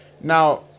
Now